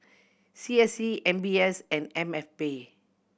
C S C M B S and M F B